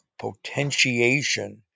potentiation